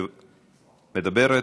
מדברת?